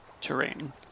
terrain